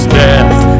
death